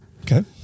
Okay